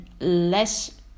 less